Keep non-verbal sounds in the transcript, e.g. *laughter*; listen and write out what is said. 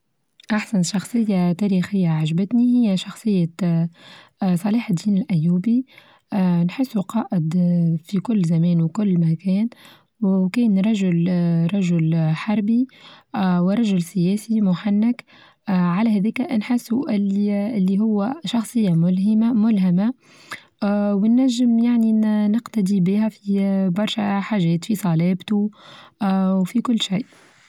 أحسن شخصية تاريخية عچبتني هي شخصية *hesitation* صلاح الدين الأيوبي، آ نحسو قائد في كل زمان وكل مكان، وكان رجل-رجل آ حربي، ورجل سياسي محنك، على هالذك نحسه اللي-اللى هو شخصية ملهمة ملهمة، ونجم يعني نقتدي بها في برشا حاچات في صلابته آ وفي كل شيء.